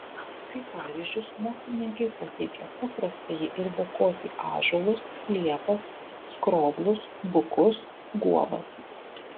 kaip pavyzdžius mokslininkai pateikia paprastąjį ir bekotį ąžuolus liepas skroblus bukus guobas